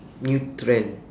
new trend